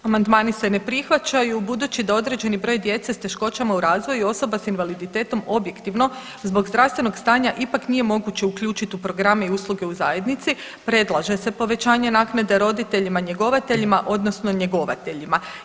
Amandmani se ne prihvaćaju budući da određeni broj djece sa teškoćama u razvoju i osoba sa invaliditetom objektivno zbog zdravstvenog stanja ipak nije moguće uključiti u programe i usluge u zajednici predlaže se povećanje naknade roditeljima njegovateljima odnosno njegovateljima.